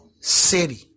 City